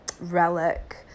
relic